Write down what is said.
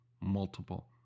multiple